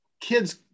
kids